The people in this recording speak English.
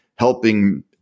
helping